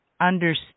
understand